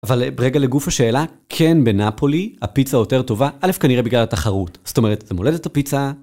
אבל ברגע לגוף השאלה, כן בנאפולי הפיצה היותר טובה, א' כנראה בגלל התחרות, זאת אומרת זה מולדת הפיצה.